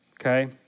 Okay